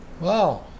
Wow